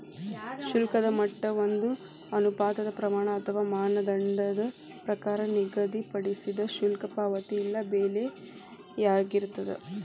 ಶುಲ್ಕದ ಮಟ್ಟ ಒಂದ ಅನುಪಾತದ್ ಪ್ರಮಾಣ ಅಥವಾ ಮಾನದಂಡದ ಪ್ರಕಾರ ನಿಗದಿಪಡಿಸಿದ್ ಶುಲ್ಕ ಪಾವತಿ ಇಲ್ಲಾ ಬೆಲೆಯಾಗಿರ್ತದ